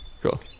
Cool